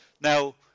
now